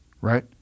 right